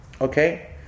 Okay